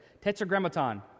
Tetragrammaton